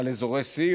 על אזורי C,